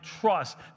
trust